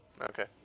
Okay